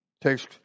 takes